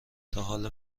تاحالا